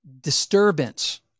disturbance